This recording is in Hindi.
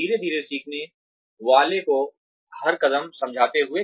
धीरे धीरे सीखने वाले को हर कदम समझाते हुए